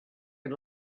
had